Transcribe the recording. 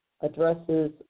addresses